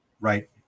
right